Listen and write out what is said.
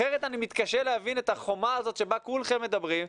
אחרת אני מתקשה להבין את החומה הזאת שבה כולכם מדברים,